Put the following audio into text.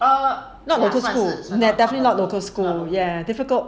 not local school definitely not local school ya difficult